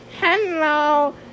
hello